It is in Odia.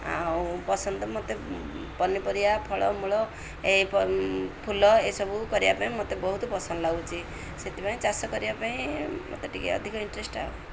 ଆଉ ପସନ୍ଦ ମତେ ପନିପରିବା ଫଳମୂଳ ଏଇ ଫୁଲ ଏସବୁ କରିବା ପାଇଁ ମତେ ବହୁତ ପସନ୍ଦ ଲାଗୁଛି ସେଥିପାଇଁ ଚାଷ କରିବା ପାଇଁ ମତେ ଟିକେ ଅଧିକ ଇଣ୍ଟରେଷ୍ଟ୍ ଆଉ